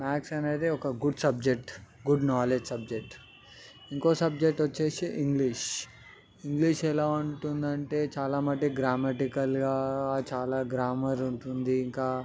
maths అనేది ఒక good subject good knowledge subject ఇంకో సబ్జెక్ట్ వచ్చి ఇంగ్లీష్ ఇంగ్లీష్ ఎలా ఉంటుంది అంటే చాలా మటుకి గ్రామటికల్గా చాలా గ్రామర్ ఉంటుంది ఇంకా